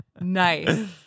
Nice